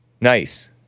Nice